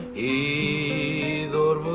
a